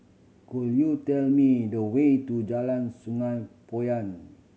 could you tell me the way to Jalan Sungei Poyan